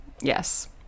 Yes